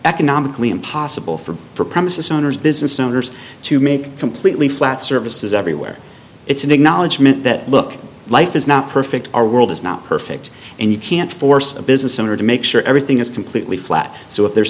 economically impossible for for premises owners business owners to make completely flat surfaces everywhere it's an acknowledgement that look life is not perfect our world is not perfect and you can't force a business owner to make sure everything is completely flat so if there's